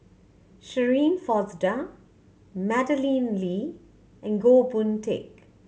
Shirin Fozdar Madeleine Lee and Goh Boon Teck